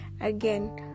again